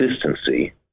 consistency